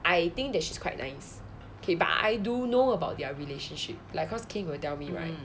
I think that she's quite nice okay but I do know about their relationship like cause kain will tell me right